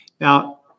Now